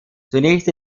zunächst